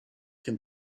can